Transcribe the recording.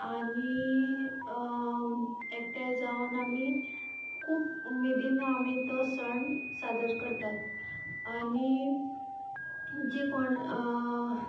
आनी एकठांय जावन आमी खूब उमेदीन आमी तो सण साजर करतात आनी जीं कोण